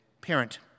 parent